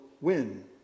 win